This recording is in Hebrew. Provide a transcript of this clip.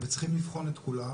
וצריכים לבחון את כולן.